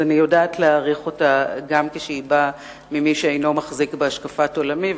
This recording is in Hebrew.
גם כשהם באים ממי שאינו מחזיק בהשקפת עולמי.